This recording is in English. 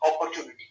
opportunity